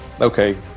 Okay